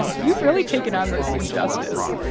you've really taken on this injustice.